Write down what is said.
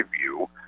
view